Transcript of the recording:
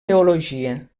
teologia